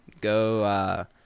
Go